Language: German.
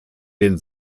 den